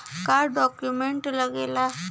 का डॉक्यूमेंट लागेला?